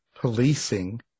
policing